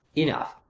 enough.